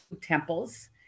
temples